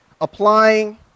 applying